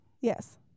Yes